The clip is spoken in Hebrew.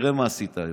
תראה מה עשית היום: